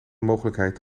mogelijkheid